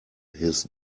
his